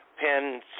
pen